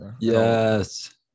yes